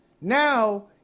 Now